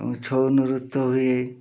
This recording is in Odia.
ଆଉ ଛଅ ନୃତ୍ୟ ହୁଏ